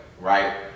right